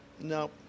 No